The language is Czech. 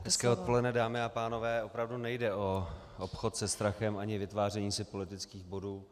Hezké odpoledne, dámy a pánové, opravdu nejde o obchod se strachem ani vytváření si politických bodů.